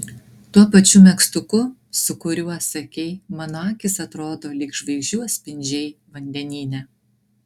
tuo pačiu megztuku su kuriuo sakei mano akys atrodo lyg žvaigždžių atspindžiai vandenyne